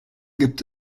gibt